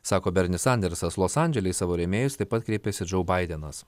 sako bernis sandersas los andžele į savo rėmėjus taip pat kreipėsi ir džou baidenas